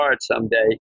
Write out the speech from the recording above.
someday